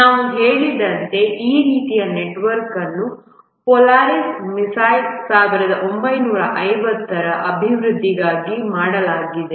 ನಾವು ಹೇಳಿದಂತೆ ಈ ರೀತಿಯ ನೆಟ್ವರ್ಕ್ ಅನ್ನು ಪೋಲಾರಿಸ್ ಮಿಸೈಲ್ 1950 ರ ಅಭಿವೃದ್ಧಿಗಾಗಿ ಮಾಡಲಾಗಿದೆ